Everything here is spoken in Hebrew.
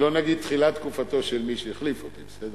לא נגיד: תחילת תקופתו של מי שהחליף אותי, בסדר?